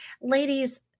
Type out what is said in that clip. Ladies